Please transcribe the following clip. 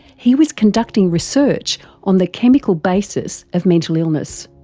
he was conducting research on the chemical basis of mental illness.